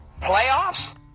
playoffs